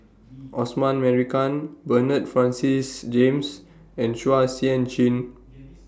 Osman Merican Bernard Francis James and Chua Sian Chin